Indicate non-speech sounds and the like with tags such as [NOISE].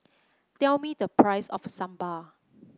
tell me the [NOISE] price of sambal